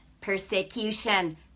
persecution